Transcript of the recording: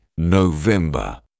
November